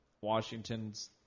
Washington's